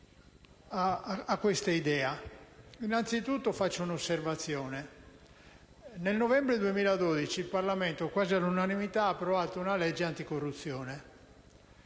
a questa idea. Innanzitutto, faccio un'osservazione. Nel novembre 2012 il Parlamento, quasi all'unanimità, ha approvato una legge anticorruzione.